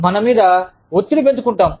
మనం మీద మనం ఒత్తిడి పెంచుకుంటాం